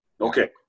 okay